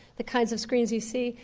the kinds of screens you see.